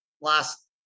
last